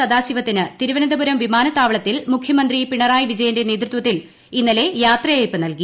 സദാശിവത്തിന് തിരുവനന്തപുരം വിമാനത്താവളത്തിൽ മുഖ്യമന്ത്രി പിണറായി വിജയന്റെ നേതൃത്വത്തിൽ ഇന്നലെ യാത്രയയപ്പ് നൽകി